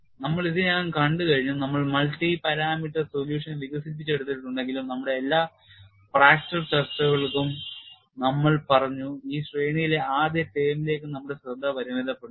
നമ്മൾ ഇതിനകം കണ്ടു കഴിഞ്ഞു നമ്മൾ മൾട്ടി പാരാമീറ്റർ solution വികസിപ്പിച്ചെടുത്തിട്ടുണ്ടെങ്കിലും നമ്മുടെ എല്ലാ ഒടിവ് ചർച്ചകൾക്കും നമ്മൾ പറഞ്ഞു ഈ ശ്രേണിയിലെ ആദ്യ ടേമിലേക്ക് നമ്മുടെ ശ്രദ്ധ പരിമിതപ്പെടുത്തും